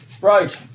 Right